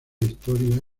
historia